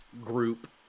group